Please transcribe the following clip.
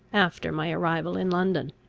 after my arrival in london.